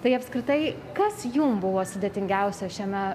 tai apskritai kas jum buvo sudėtingiausia šiame